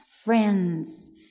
friends